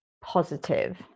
positive